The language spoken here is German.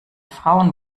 frauen